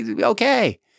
okay